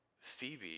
Phoebe